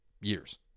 years